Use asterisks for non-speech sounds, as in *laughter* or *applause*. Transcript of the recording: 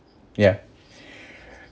ya *breath*